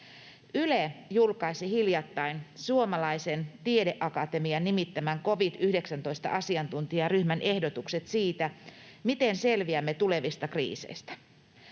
Yle julkaisi hiljattain Suomalaisen Tiedeakatemian nimittämän covid-19-asiantuntijaryhmän ehdotukset siitä, miten selviämme tulevista kriiseistä.